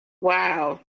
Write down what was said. Wow